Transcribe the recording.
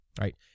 right